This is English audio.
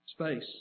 space